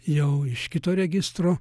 jau iš kito registro